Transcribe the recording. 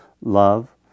love